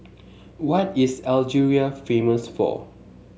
what is Algeria famous for